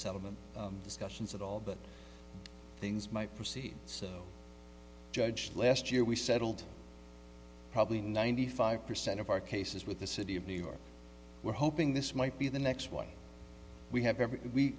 settlement discussions at all but things might proceed so judged last year we settled probably ninety five percent of our cases with the city of new york we're hoping this might be the next one we have